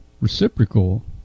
reciprocal